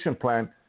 plan